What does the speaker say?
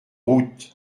route